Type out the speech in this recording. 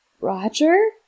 Roger